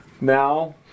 Now